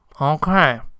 okay